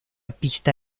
pista